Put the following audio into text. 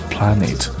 Planet